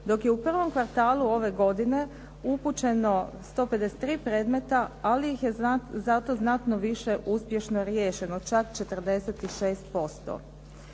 Dok je u prvom kvartalu ove godine upućeno 153 predmeta ali ih je znatno više uspješno riješeno čak 46%.